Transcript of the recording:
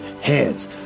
heads